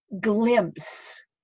glimpse